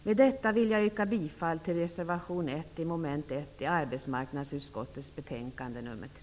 Med detta vill jag yrka bifall till reservation 1 vid mom. 1 i arbetsmarknadsutskottets betänkande nr